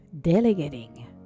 delegating